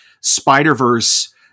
Spider-Verse